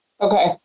Okay